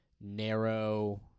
narrow